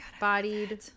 bodied